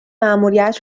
مأموریت